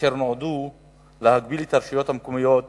אשר נועדו להגביל את הרשויות המקומיות